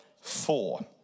four